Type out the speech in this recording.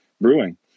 brewing